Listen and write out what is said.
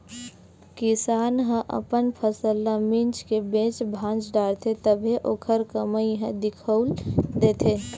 किसान ह अपन फसल ल मिंज के बेच भांज डारथे तभे ओखर कमई ह दिखउल देथे